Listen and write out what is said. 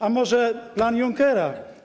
A może plan Junckera?